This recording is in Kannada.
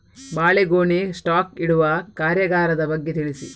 ಬಾಳೆಗೊನೆ ಸ್ಟಾಕ್ ಇಡುವ ಕಾರ್ಯಗಾರದ ಬಗ್ಗೆ ತಿಳಿಸಿ